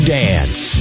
dance